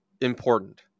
important